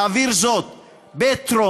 להעביר זאת בטרומית.